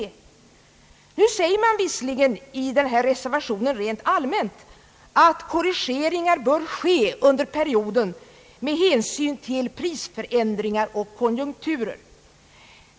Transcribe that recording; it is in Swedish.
Nu säger man visserligen i denna reservation rent allmänt, att korrigeringar bör ske under perioden med hänsyn till prisförändringar och konjunkturer.